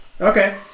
Okay